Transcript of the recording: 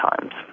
times